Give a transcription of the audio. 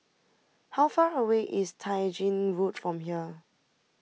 how far away is Tai Gin Road from here